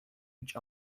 each